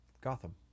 Gotham